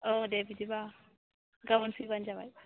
औ दे बिदिबा गाबोन फैबानो जाबाय